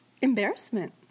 Embarrassment